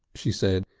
she said.